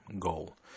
goal